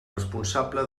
responsable